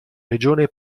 regione